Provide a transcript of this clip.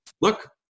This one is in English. look